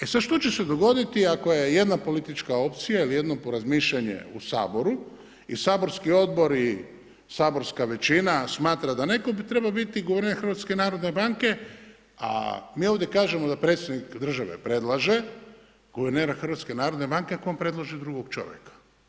E sad što će se dogoditi ako je jedna politička opcija ili jedno porazmišljanje u Saboru i saborski odbor i saborska većina smatra da netko treba biti guverner HNB-e, a mi ovdje kažemo da predsjednik države predlaže guvernera HNB-a ako on predloži drugog čovjeka.